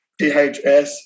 DHS